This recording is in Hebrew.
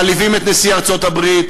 מעליבים את נשיא ארצות-הברית,